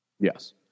Yes